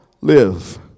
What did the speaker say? live